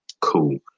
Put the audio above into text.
Cool